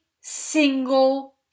single